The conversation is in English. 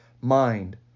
mind